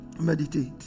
meditate